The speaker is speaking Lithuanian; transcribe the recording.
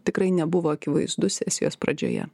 tikrai nebuvo akivaizdu sesijos pradžioje